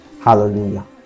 hallelujah